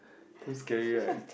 looks scary right